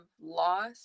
loss